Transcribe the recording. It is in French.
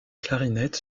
clarinette